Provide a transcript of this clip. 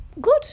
good